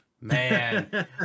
Man